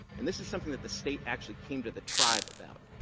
and this is something that the state actually came to the tribe about.